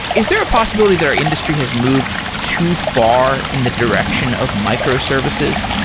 is there a possibility that our industry has moved too far in the direction of microservices?